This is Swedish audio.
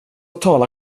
tala